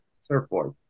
Surfboard